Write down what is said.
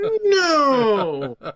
no